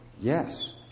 Yes